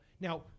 Now